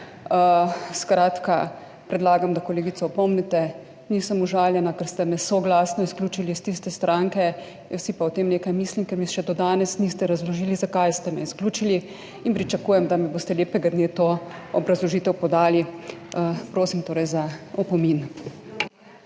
Skratka predlagam, da kolegico opomnite, nisem užaljena, ker ste me soglasno izključili iz tiste stranke, jaz si pa o tem nekaj mislim, ker mi še do danes niste razložili, zakaj ste me izključili in pričakujem, da mi boste lepega dne to obrazložitev podali. Prosim torej za opomin.